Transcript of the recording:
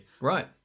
Right